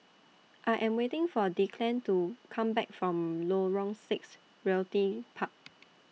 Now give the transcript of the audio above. I Am waiting For Declan to Come Back from Lorong six Realty Park